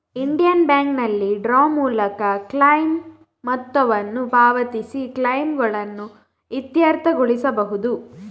Indian ಬ್ಯಾಂಕಿನಲ್ಲಿ ಡ್ರಾ ಮೂಲಕ ಕ್ಲೈಮ್ ಮೊತ್ತವನ್ನು ಪಾವತಿಸಿ ಕ್ಲೈಮುಗಳನ್ನು ಇತ್ಯರ್ಥಗೊಳಿಸಬಹುದು